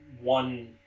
one